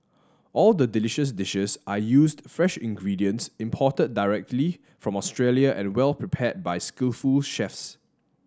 all the delicious dishes are used fresh ingredients imported directly from Australia and well prepared by skillful chefs